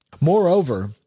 Moreover